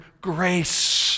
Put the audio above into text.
grace